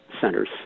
centers